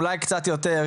אולי קצת יותר.